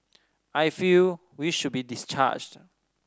I feel we should be discharged